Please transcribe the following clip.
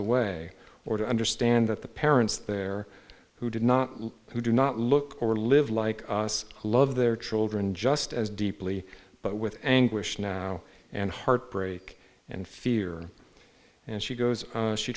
away or to understand that the parents there who did not who do not look or live like us love their children just as deeply but with anguish now and heartbreak and fear and she goes